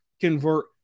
convert